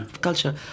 culture